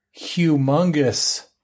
humongous